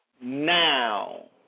now